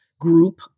group